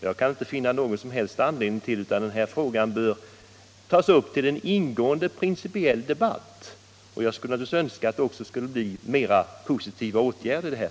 Jag kan inte finna någon som helst anledning till att denna fråga inte tas upp till en ingående principell debatt. Jag skulle naturligtvis också önska mer positiva åtgärder.